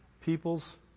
people's